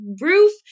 roof